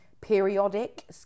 periodic